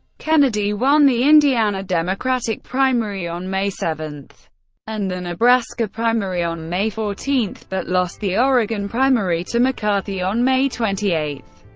kennedy won the indiana democratic primary on may seven and the nebraska primary on may fourteen, but lost the oregon primary to mccarthy on may twenty eight.